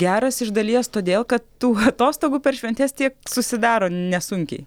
geras iš dalies todėl kad tų atostogų per šventes tiek susidaro nesunkiai